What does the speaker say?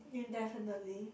indefinitely